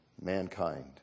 mankind